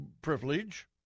privilege